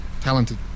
talented